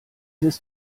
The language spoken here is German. ist